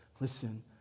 Listen